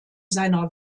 seiner